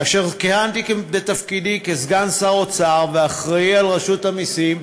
כאשר כיהנתי בתפקידי כסגן שר אוצר ואחראי לרשות המסים,